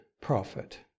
prophet